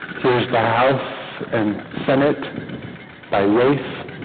here's the house and senate by race